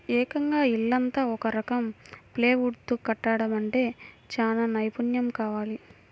ఏకంగా ఇల్లంతా ఒక రకం ప్లైవుడ్ తో కట్టడమంటే చానా నైపున్నెం కావాలి